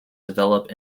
develop